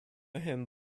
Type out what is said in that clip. him